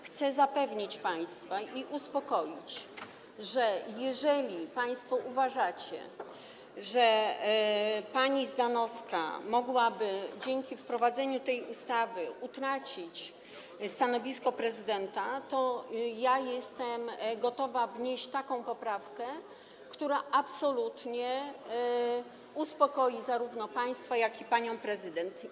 Chcę zapewnić państwa i uspokoić - jeżeli państwo uważacie, że pani Zdanowska mogłaby dzięki wprowadzeniu tej ustawy utracić stanowisko prezydenta, to jestem gotowa wnieść taką poprawkę, która absolutnie uspokoi zarówno państwa, jak i panią prezydent.